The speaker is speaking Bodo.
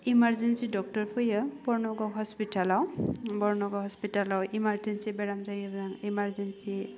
इमारजेन्सि डक्टर फैयो बरन'गाव हस्पितालाव बरन'गाव हस्पितालाव इमारजेन्सि बेराम जायोला इमारजेन्सि